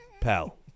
Pal